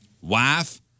Wife